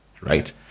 right